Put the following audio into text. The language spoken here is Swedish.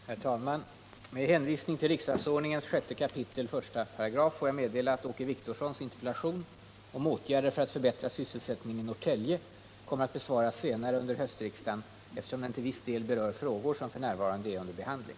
Herr talman! Med hänvisning till riksdagsordningens 6 kap. 13 får jag meddela att Åke Wictorssons interpellation om åtgärder för att förbättra sysselsättningen i Norrtälje kommer att besvaras senare under höstriksdagen, eftersom den till viss del berör frågor som f. n. är under behandling.